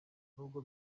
nubwo